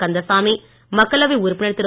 கந்தசாமி மக்களவை உறுப்பினர் திரு